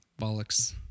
Bollocks